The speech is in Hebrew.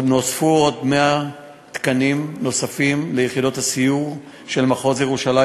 נוספו עוד 100 תקנים ליחידות הסיור של מחוז ירושלים,